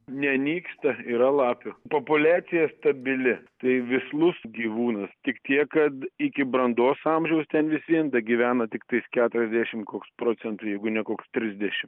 nenyksta yra lapių populiacija stabili tai vislus gyvūnas tik tiek kad iki brandos amžiaus ten vis vien dagyvena tiktai keturiasdešim koks procentų jeigu ne koks trisdešim